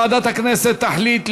לוועדה שתקבע ועדת הכנסת נתקבלה.